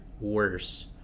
worse